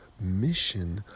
Mission